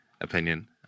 opinion